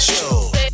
Show